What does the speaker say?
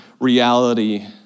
reality